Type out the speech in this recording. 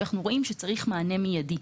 כשאנחנו רואים שצריך מענה מיידי.